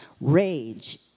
rage